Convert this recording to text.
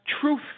truth